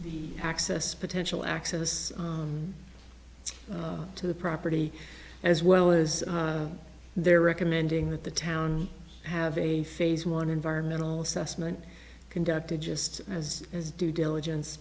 further access potential access to the property as well as they're recommending that the town have a phase one environmental assessment conducted just as is due diligence